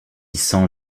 sent